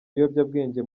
ibiyobyabwenge